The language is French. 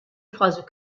phrase